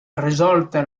resolta